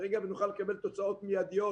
ברגע שנוכל לקבל תוצאות מידיות,